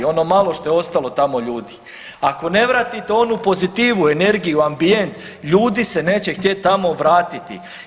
Ono malo što je ostalo tamo ljudi ako ne vratite onu pozitivu, energiju, ambijent ljudi se neće htjeti tamo vratiti.